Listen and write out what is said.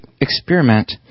experiment